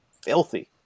Filthy